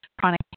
chronic